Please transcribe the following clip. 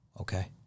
Okay